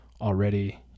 already